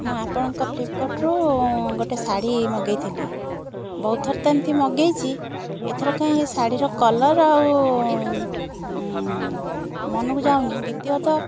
ମୁଁ ଆପଣଙ୍କ ଫ୍ଲିପକାର୍ଟ୍ରୁ ଗୋଟେ ଶାଢ଼ୀ ମଗେଇଥିଲି ବହୁତ ଥର ମଗେଇଛି ଏଥର କାଇଁ ଏଇ ଶାଢ଼ୀର କଲର୍ ଆଉ ମନକୁ ଯାଉନି ଦ୍ୱିତୀୟତଃ